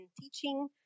teaching